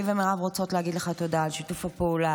אני ומירב רוצות להגיד לך תודה על שיתוף הפעולה,